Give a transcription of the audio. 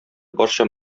барча